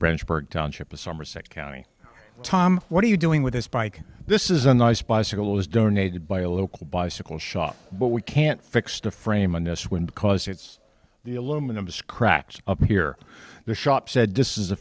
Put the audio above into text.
branch burke township of somerset county tom what are you doing with this bike this is a nice bicycle it was donated by a local bicycle shop but we can't fix the frame on this one because it's the aluminum is cracked up here the shop said this is a